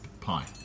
pie